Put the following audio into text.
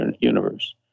universe